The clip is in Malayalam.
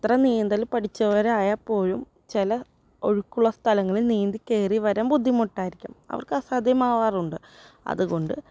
എത്ര നീന്തൽ പഠിച്ചവർ ആയാൽ പോലും ചില ഒഴുക്കുള്ള സ്ഥലങ്ങളിൽ നീന്തി കയറി വരാൻ ബുദ്ധിമുട്ടായിരിക്കും അവർക്ക് സാധ്യമാവാറുണ്ട് അതുകൊണ്ട്